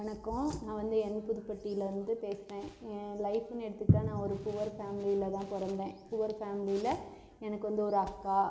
வணக்கம் நான் வந்து எம் புது பட்டியிலருந்து பேசுறேன் லைஃப்ன்னு எடுத்துக்கிட்டா நான் ஒரு புவர் ஃபேமிலியில தான் பிறந்தேன் புவர் ஃபேமிலியில எனக்கு வந்து ஒரு அக்கா